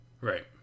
Right